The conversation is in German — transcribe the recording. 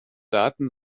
daten